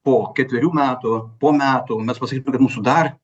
po ketverių metų po metų mes pasakytume kad mūsų dar